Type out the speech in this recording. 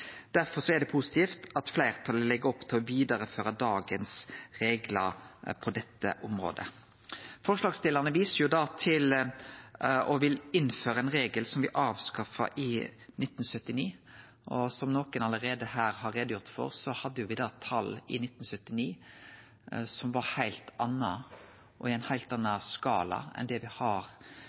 Derfor er det positivt at fleirtalet legg opp til å vidareføre dagens reglar på dette området. Forslagsstillarane viser til og vil innføre ein regel som me avskaffa i 1979. Som nokon allereie har gjort greie for her, hadde me i 1979 tal som var heilt annleis og i ein heilt annan skala enn det me har